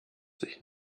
sich